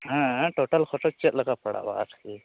ᱦᱮᱸ ᱴᱳᱴᱟᱞ ᱠᱷᱚᱨᱚᱪ ᱪᱮᱫ ᱞᱮᱠᱟ ᱯᱟᱲᱟᱜᱼᱟ